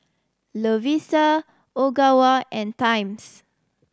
Lovisa Ogawa and Times